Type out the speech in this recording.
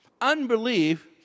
Unbelief